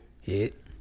Hit